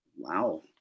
wow